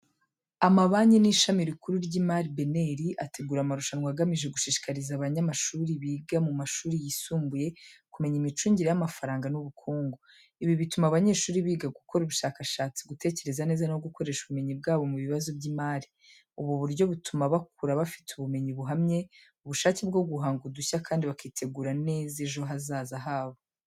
Amabanki n’Ishami Rikuru ry’Imari BNR ategura amarushanwa agamije gushishikariza abanyeshuri biga mu mashuri yisumbuye kumenya imicungire y’amafaranga n’ubukungu. Ibi bituma abanyeshuri biga gukora ubushakashatsi, gutekereza neza no gukoresha ubumenyi bwabo mu bibazo by’imari. Ubu buryo butuma bakura bafite ubumenyi buhamye, ubushake bwo guhanga udushya kandi bakitegura neza ejo hazaza habo.